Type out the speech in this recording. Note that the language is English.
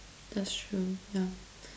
that's true ya